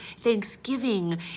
Thanksgiving